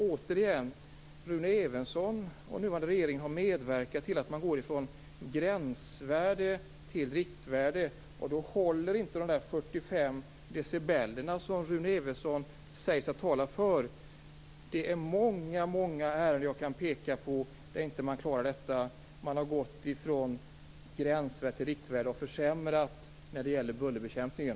Återigen: Rune Evensson och nuvarande regering har medverkat till att man går från gränsvärde till riktvärde. Då håller inte de 45 dB som Rune Evensson talar för. Jag kan peka på många ärenden där detta inte klaras när man har gått från gränsvärde till riktvärde och därmed försämrat vad gäller bullerbekämpningen.